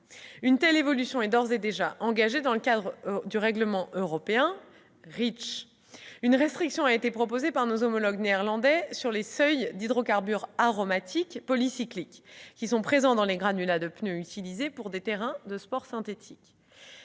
stricte. L'évolution est d'ores et déjà engagée dans le cadre du règlement européen REACH. Une restriction a été proposée par nos homologues néerlandais sur les seuils d'hydrocarbures aromatiques polycycliques, les HAP, présents dans les granulats de pneus utilisés pour les terrains de sport synthétiques.